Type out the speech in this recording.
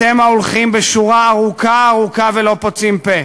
אתם ההולכים בשורה ארוכה-ארוכה ולא פוצים פה,